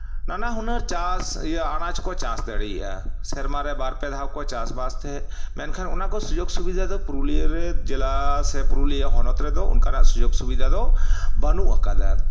ᱱᱟᱱᱟ ᱦᱩᱱᱟᱹᱨ ᱪᱟᱥ ᱟᱱᱟᱡᱽ ᱠᱚ ᱪᱟᱥ ᱫᱟᱲᱮᱭᱟᱜᱼᱟ ᱥᱮᱨᱢᱟᱨᱮ ᱵᱟᱨᱯᱮ ᱫᱷᱟᱣ ᱠᱚ ᱪᱟᱥᱼᱵᱟᱥ ᱛᱟᱦᱮᱸᱜ ᱢᱮᱱᱠᱷᱟᱱ ᱚᱱᱟᱠᱚ ᱥᱩᱡᱳᱜᱽ ᱥᱩᱵᱤᱫᱟ ᱫᱚ ᱯᱩᱨᱩᱞᱤᱭᱟᱹᱨᱮ ᱡᱮᱞᱟ ᱥᱮ ᱯᱩᱨᱩᱞᱤᱭᱟᱹ ᱦᱚᱱᱚᱛ ᱨᱮᱫᱚ ᱚᱱᱠᱟᱱᱟᱜ ᱥᱩᱡᱳᱜᱽ ᱥᱩᱵᱤᱫᱷᱟ ᱫᱚ ᱵᱟᱹᱱᱩᱜ ᱟᱠᱟᱫᱟ